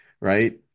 right